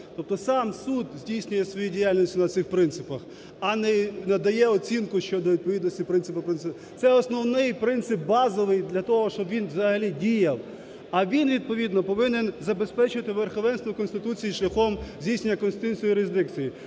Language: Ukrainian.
тобто сам суд здійснює свою діяльність на цих принципах, а не надає оцінку щодо відповідності принципу… Це основний принцип, базовий для того, щоб він взагалі діяв. А він відповідно повинен забезпечувати верховенство Конституції шляхом здійснення конституційної юрисдикції.